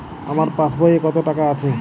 আমার পাসবই এ কত টাকা আছে?